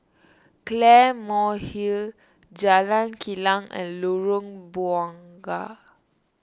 Claymore Hill Jalan Kilang and Lorong Bunga